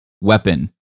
weapon